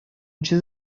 چیز